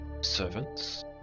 servants